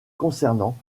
concernant